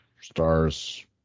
Stars